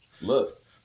Look